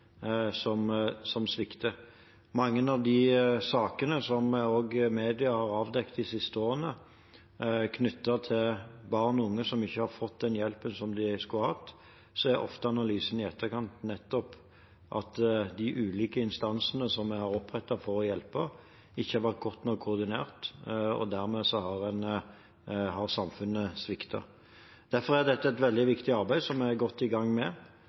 som svikter. I mange av de sakene som også media har avdekket de siste årene knyttet til barn og unge som ikke har fått den hjelpen de skulle hatt, er ofte analysen i etterkant nettopp at de ulike instansene som vi har opprettet for å hjelpe, ikke har vært godt nok koordinert, og dermed har samfunnet sviktet. Derfor er dette et veldig viktig arbeid, som vi er godt i gang med,